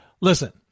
Listen